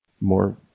more